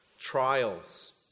Trials